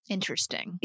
Interesting